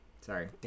Sorry